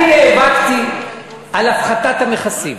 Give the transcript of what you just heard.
אני נאבקתי על הפחתת המכסים.